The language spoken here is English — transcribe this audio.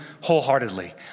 wholeheartedly